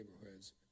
neighborhoods